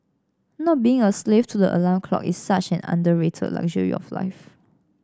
not being a slave to the alarm clock is such an underrated luxury of life